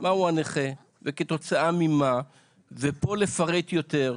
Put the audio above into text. מהו הנכה וכתוצאה ממה ופה לפרט יותר.